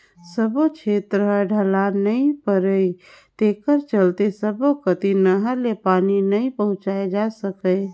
सब्बो छेत्र ह ढलान नइ परय तेखर चलते सब्बो कति नहर ले पानी नइ पहुंचाए जा सकय